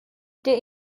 der